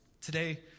today